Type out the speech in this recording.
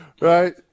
right